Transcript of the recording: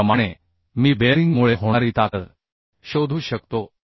त्याचप्रमाणे मी बेअरिंगमुळे होणारी ताकद शोधू शकतो